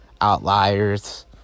outliers